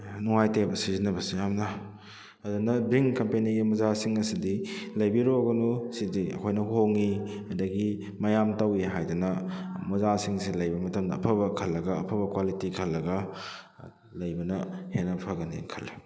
ꯅꯨꯉꯥꯏꯇꯦꯕ ꯁꯤꯖꯤꯟꯅꯕꯁꯤ ꯌꯥꯝꯅ ꯑꯗꯨꯅ ꯕ꯭ꯔꯤꯡ ꯀꯝꯄꯦꯅꯤꯒꯤ ꯃꯣꯖꯥꯁꯤꯡ ꯑꯁꯤꯗꯤ ꯂꯩꯕꯤꯔꯨꯔꯒꯅꯨ ꯁꯤꯗꯤ ꯑꯩꯈꯣꯏꯅ ꯍꯣꯡꯏ ꯑꯗꯨꯗꯒꯤ ꯃꯌꯥꯝ ꯇꯧꯏ ꯍꯥꯏꯗꯅ ꯃꯣꯖꯥꯁꯤꯡꯁꯤ ꯂꯩꯕ ꯃꯇꯝꯗ ꯑꯐꯕ ꯈꯜꯂꯒ ꯑꯐꯕ ꯀ꯭ꯋꯥꯂꯤꯇꯤ ꯈꯜꯂꯒ ꯂꯩꯕꯅ ꯍꯦꯟꯅ ꯐꯒꯅꯤ ꯈꯜꯂꯤ